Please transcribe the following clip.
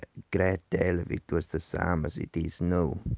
great deal of it was the same as it is now.